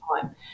time